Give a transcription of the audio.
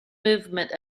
movement